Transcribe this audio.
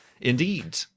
indeed